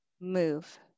move